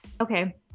Okay